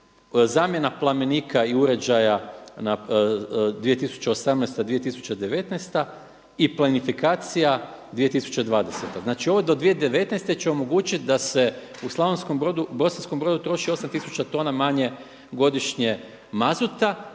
zamjenika plamenika i uređaja 2018./2019. i plinifikacija 2020. Znači ovo do 2019. će omogućiti da se u Bosanskom Brodu troši 8 tisuća tona manje godišnje mazuta